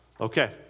Okay